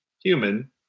human